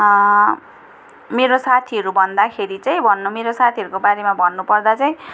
मेरो साथीहरू भन्दाखेरि चाहिँ भन्नु मेरो साथीहरूको बारेमा भन्नुपर्दा चाहिँ